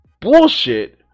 bullshit